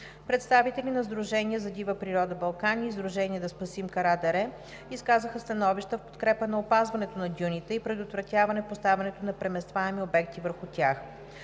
Представители на Сдружение за дива природа „Балкани“ и Сдружение „Да спасим Кара дере“ изказаха становища в подкрепа на опазването на дюните и предотвратяване поставянето на преместваеми обекти върху тях.